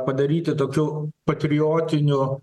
padaryti tokiu patriotiniu